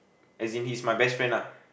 as in he's my best friend lah